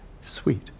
Sweet